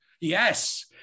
Yes